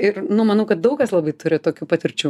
ir nu manau kad daug kas labai turi tokių patirčių